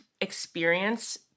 experience